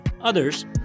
Others